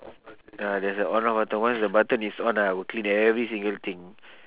uh there's a on off button once the button is on ah I will clean every single thing